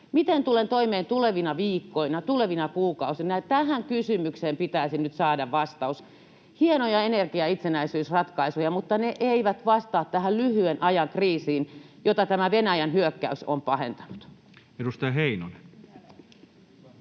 miten tulen toimeen tulevina viikkoina, tulevina kuukausina — ja tähän kysymykseen pitäisi nyt saada vastaus. Hienoja energiaitsenäisyysratkaisuja, mutta ne eivät vastaa tähän lyhyen ajan kriisiin, jota Venäjän hyökkäys on pahentanut. [Speech